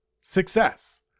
success